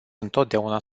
întotdeauna